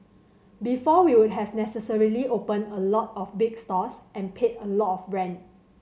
before we would have necessarily opened a lot of big stores and paid a lot of rent